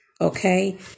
Okay